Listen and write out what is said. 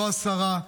לא השרה,